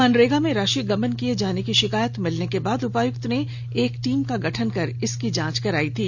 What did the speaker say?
मनरेगा में राशि गबन किए जाने की शिकायत मिलने के बाद उपायक्त ने एक टीम का गठन कर इसकी जांच कराई थी